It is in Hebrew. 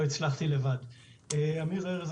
אמיר ארז,